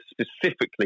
specifically